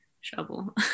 shovel